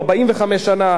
מאז תחילת הציונות,